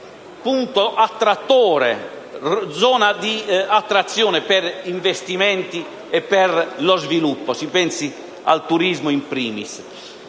di diventare zona di attrazione per investimenti e lo sviluppo? Si pensi al turismo *in primis*.